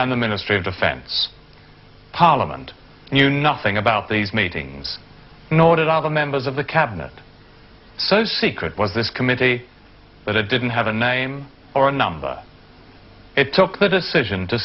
and the ministry of defense parliament knew nothing about these meetings nor did all the members of the cabinet so secret was this committee that it didn't have a name or a number it took the decision to